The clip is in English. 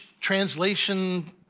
translation